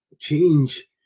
change